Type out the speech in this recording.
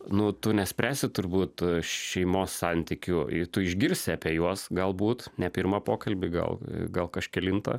nu tu nespręsi turbūt šeimos santykių tu išgirsi apie juos galbūt ne pirmą pokalbį gal gal kažkelintą